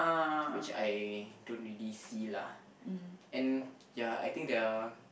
which I don't really see lah and ya I think there are